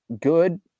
good